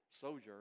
sojourn